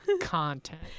content